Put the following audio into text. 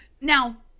Now